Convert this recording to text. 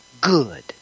good